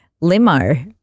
limo